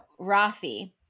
Rafi